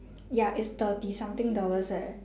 ya it's thirty something dollars eh